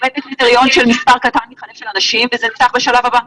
הם לא מצליחים להבין למה